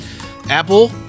Apple